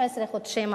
חמש-עשרה חודשי מאסר,